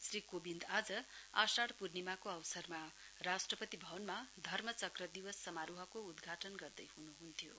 श्री कोविन्द आज आषाढ पूर्णिमाको अवसरमा राष्ट्पति भवनमा धर्म चक्र दिवस समारोहको उद्घाटन गर्दै हुनुहुन्थ्यो